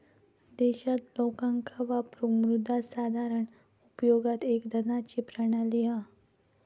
देशात लोकांका वापरूक मुद्रा साधारण उपयोगात एक धनाची प्रणाली हा